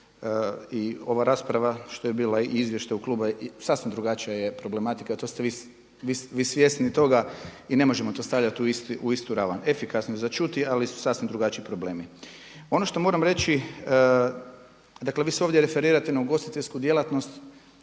i ova rasprava što je bila i izvještaj kluba. Sasvim drugačija je problematika. To ste vi svjesni toga i ne možemo to stavljati u istu ravan, efikasnost za čuti, ali su sasvim drugačiji problemi. Ono što moram reći, dakle vi se ovdje referirate na ugostiteljsku djelatnost